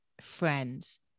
friends